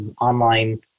online